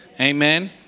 amen